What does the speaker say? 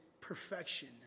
perfection